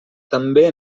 també